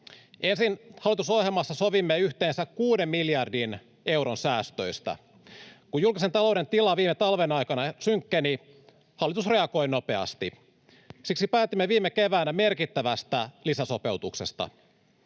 Ensin hallitusohjelmassa sovimme yhteensä kuuden miljardin euron säästöistä. Kun julkisen talouden tila viime talven aikana synkkeni, hallitus reagoi nopeasti. Siksi päätimme viime keväänä merkittävästä lisäsopeutuksesta.